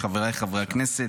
חבריי חברי הכנסת,